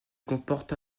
comporte